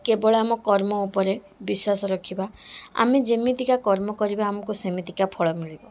କେବଳ ଆମର କର୍ମ ଉପରେ ବିଶ୍ୱାସ ରଖିବା ଆମେ ଯେମିତିକା କର୍ମ କରିବା ଆମକୁ ସେମିତିକା ଫଳ ମିଳିବ